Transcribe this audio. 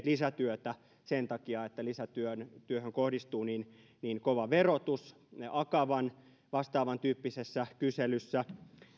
lisätyötä sen takia että lisätyöhön kohdistuu niin niin kova verotus akavan vastaavantyyppisessä kyselyssä